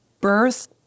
birth